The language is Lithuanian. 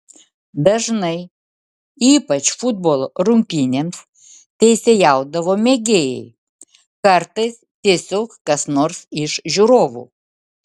dažnai ypač futbolo rungtynėms teisėjaudavo mėgėjai kartais tiesiog kas nors iš žiūrovų